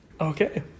Okay